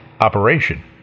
operation